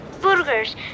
Burgers